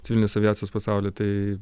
civilinės aviacijos pasauly tai